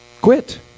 Quit